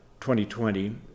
2020